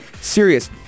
serious